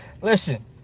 Listen